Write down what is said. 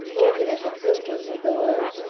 walking as a pilgrim with the word,